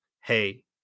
hey